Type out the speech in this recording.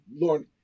Lauren